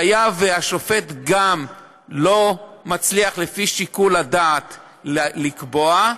והיה אם גם לפי שיקול הדעת השופט לא מצליח לקבוע,